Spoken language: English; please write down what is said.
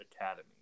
Academy